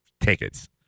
tickets